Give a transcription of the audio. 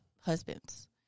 husbands